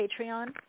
Patreon